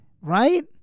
Right